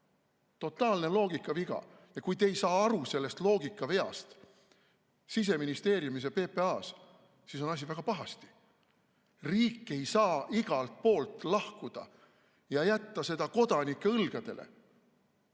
totaalne loogikaviga. Kui te ei saa aru sellest loogikaveast Siseministeeriumis ja PPA‑s, siis on asi väga pahasti. Riik ei saa igalt poolt lahkuda ja jätta kõike kodanike õlgadele.